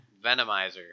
Venomizer